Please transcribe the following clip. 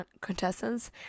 contestants